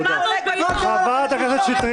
-- חבר הכנסת טופורובסקי.